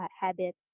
habit